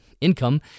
income